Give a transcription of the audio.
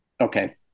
okay